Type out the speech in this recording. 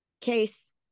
case